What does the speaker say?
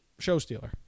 Showstealer